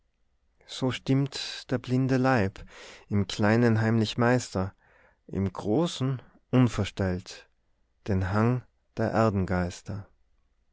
so stimmt der blinde leib im kleinen heimlich meister im großen unverstellt den hang der